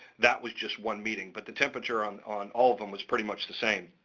that was just one meeting. but the temperature on on all of them was pretty much the same.